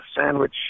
sandwich